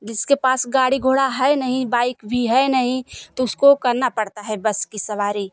जिसके पास गाड़ी घोड़ा है नहीं बाइक भी है नहीं तो उसको करना पड़ता है बस की सवारी